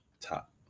top